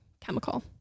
chemical